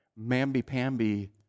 mamby-pamby